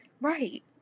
Right